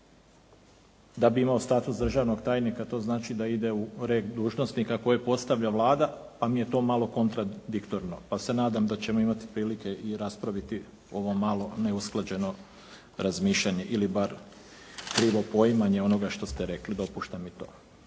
da bi imao status državnog tajnika da ide u red dužnosnika koje postavlja Vlada, pa mi je to malo kontradiktorno, pa se nadam da ćemo imati prilike i raspraviti ovo malo neusklađeno razmišljanje ili bar krivo poimanje onoga što ste rekli. Dopuštam i to.